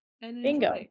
bingo